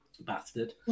Bastard